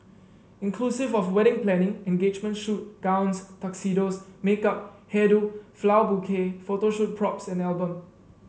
inclusive of wedding planning engagement shoot gowns tuxedos makeup hair do flower bouquet photo shoot props and album